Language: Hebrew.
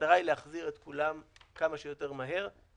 והמטרה היא להחזיר את כולם כמה שיותר מהר.